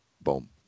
boom